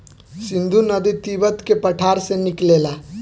सिन्धु नदी तिब्बत के पठार से निकलेला